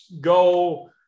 go